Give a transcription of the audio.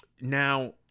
Now